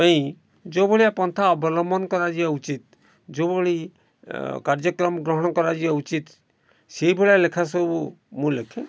ପାଇଁ ଯେଉଁ ଭଳିଆ ପନ୍ଥା ଅବଲମ୍ବନ କରାଯିବା ଉଚିତ୍ ଯେଉଁଭଳି କାର୍ଯ୍ୟକ୍ରମ ଗ୍ରହଣ କରାଯିବା ଉଚିତ୍ ସେ ଭଳିଆ ଲେଖା ସବୁ ମୁଁ ଲେଖେ